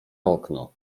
okno